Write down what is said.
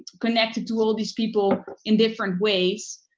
connected to all these people in different ways.